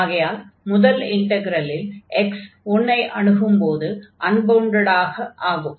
ஆகையால் முதல் இன்டக்ரலில் x 1 ஐ அணுகும்போது அன்பவுண்டடாக ஆகும்